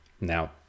now